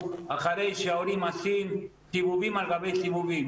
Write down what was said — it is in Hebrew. אחרי שההורים עושים סיבובים על גבי סיבובים.